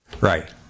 Right